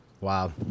Wow